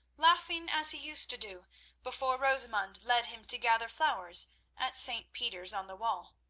laughing as he used to do before rosamund led him to gather flowers at st. peter's-on-the-wall.